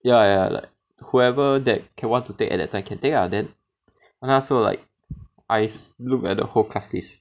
ya ya like whoever that can want to take at that time can take lah then 我那时候 like I look at the whole class list